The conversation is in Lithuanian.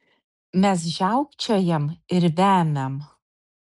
mes žiaukčiojam ir vemiam